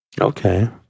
Okay